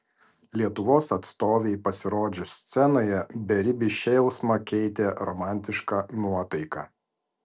lietuvos atstovei pasirodžius scenoje beribį šėlsmą keitė romantiška nuotaika